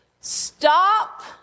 Stop